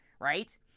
right